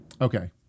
Okay